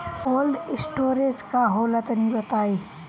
Cold storage का होला तनि बताई?